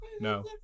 No